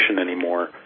anymore